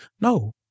No